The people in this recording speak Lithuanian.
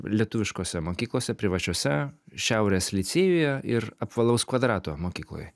lietuviškose mokyklose privačiose šiaurės licėjuje ir apvalaus kvadrato mokykloje